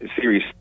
Series